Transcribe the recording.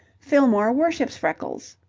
fillmore worships freckles.